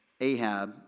Ahab